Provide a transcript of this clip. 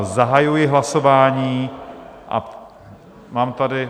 Zahajuji hlasování a mám tady...